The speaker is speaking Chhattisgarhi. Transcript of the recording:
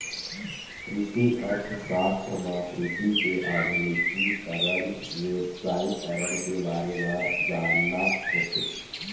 कृषि अर्थसास्त्र म कृषि के आधुनिकीकरन, बेवसायिकरन के बारे म जानना होथे